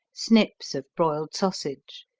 snips of broiled sausage.